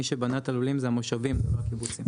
מי שבנה את הלולים הם המושבים לא הקיבוצים.